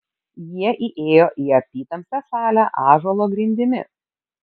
jie įėjo į apytamsę salę ąžuolo grindimis